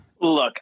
Look